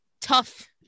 tough